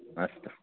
अस्तु